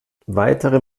weitere